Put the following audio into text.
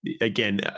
again